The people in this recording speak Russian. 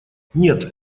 нет